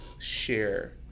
share